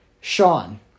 Sean